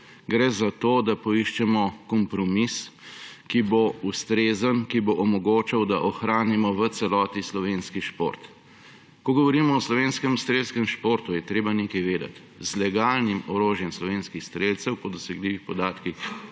Gre za to, da poiščemo kompromis, ki bo ustrezen, ki bo omogoča, da ohranimo v celoti slovenski šport. Ko govorimo o slovenskem strelskem športu, je treba nekaj vedeti, z legalnim orožjem slovenskih strelcev po dosegljivih podatkih